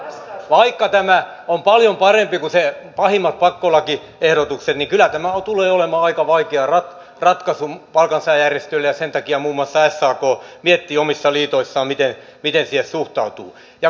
vaikka tämä on paljon parempi kuin ne pahimmat pakkolakiehdotukset niin kyllä tämä tulee olemaan aika vaikea ratkaisu palkansaajajärjestöille ja sen takia muun muassa sak miettii omissa liitoissaan miten siihen suhtautuu